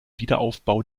wiederaufbau